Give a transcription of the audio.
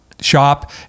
shop